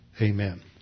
Amen